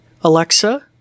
Alexa